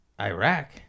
Iraq